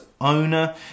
owner